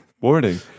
Warning